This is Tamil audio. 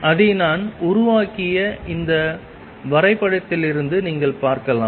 அதை நான் உருவாக்கிய இந்த வரைபடத்திலிருந்து நீங்கள் பார்க்கலாம்